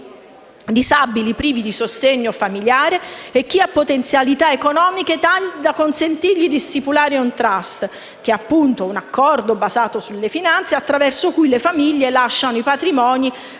chi ha potenzialità economiche tali da consentirgli di stipulare un *trust*, che appunto è un accordo basato sulle finanze, attraverso cui le famiglie lasciano i patrimoni